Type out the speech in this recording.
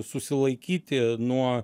susilaikyti nuo